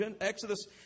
Exodus